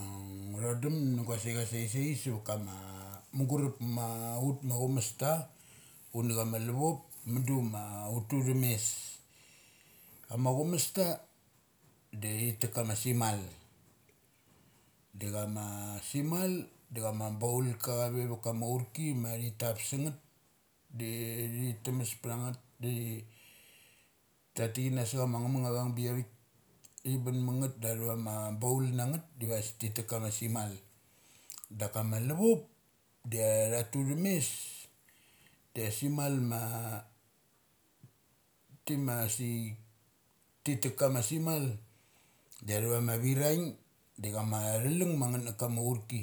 A ngu thodum saisai suvakama mugurup ma cumasta una chanla luchop mudu maut tu thames. Ama chumasta dathi tek kama semal. De chama semal da cham baul ka kave va kama auriki mathi tap sang ngeth dathi tumas ptha ngeth da tha tik kana sa chama ngngum avang biavik thi bun mangeth ma baul na ngeth divasik tek kama simal. Da ka ma aluvop. de tha tu trum mes de simal ma ti masik ti tak kama simal de atha vama viraing da chama the lung ma ngatha ma kama aurki.